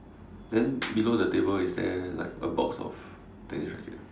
then below the table is there like a box of tennis rackets